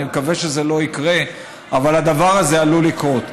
אני מקווה שזה לא יקרה, אבל הדבר הזה עלול לקרות.